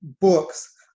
books